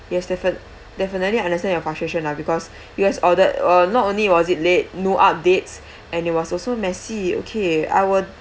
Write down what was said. yes defin~ definitely I understand your frustration lah because yours order uh not only was it late no updates and it was also messy okay I will